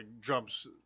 jumps